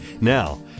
Now